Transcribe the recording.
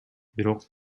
бирок